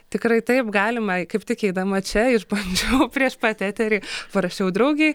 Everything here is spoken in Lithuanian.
tikrai taip galima kaip tik eidama čia išbandžiau prieš pat eterį parašiau draugei